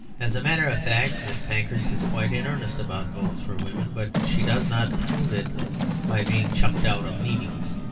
as a matter of fact, miss pankhurst is quite in earnest about votes for women. but she does not prove it by being chucked out of meetings.